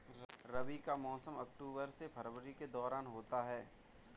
रबी का मौसम अक्टूबर से फरवरी के दौरान होता है